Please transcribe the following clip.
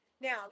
Now